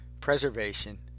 preservation